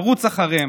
לרוץ אחריהם?